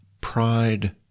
Pride